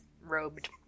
robed